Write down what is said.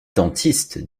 dentiste